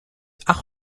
ach